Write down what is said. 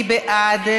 מי בעד?